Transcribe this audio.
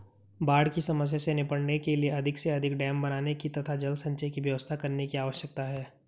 बाढ़ की समस्या से निपटने के लिए अधिक से अधिक डेम बनाने की तथा जल संचय की व्यवस्था करने की आवश्यकता है